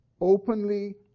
openly